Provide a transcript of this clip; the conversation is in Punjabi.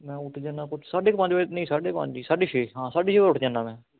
ਮੈਂ ਉੱਠ ਜਾਂਦਾ ਕੁਛ ਸਾਢੇ ਕੁ ਪੰਜ ਵਜੇ ਨਹੀਂ ਸਾਢੇ ਛੇ ਹਾਂ ਸਾਢੇ ਛੇ ਵਜੇ ਉੱਠ ਜਾਂਦਾ ਮੈਂ